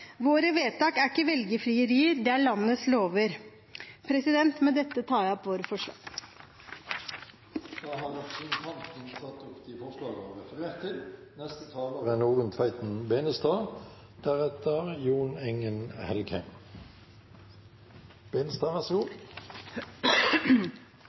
Våre vedtak er ikke velgerfrierier. De er landets lover. Med dette tar jeg opp vårt forslag. Da har representanten Siri Gåsemyr Staalesen tatt opp det forslaget hun refererte til.